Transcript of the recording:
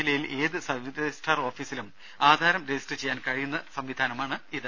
ജില്ലയിൽ ഏത് sub registrar ഓഫീസിലും ആധാരം രജിസ്റ്റർ ചെയ്യാൻ കഴിയുന്ന സംവിധാനമാണിത്